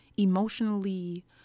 emotionally